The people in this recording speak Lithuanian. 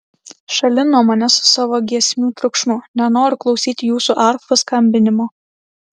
šalin nuo manęs su savo giesmių triukšmu nenoriu klausyti jūsų arfų skambinimo